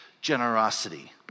generosity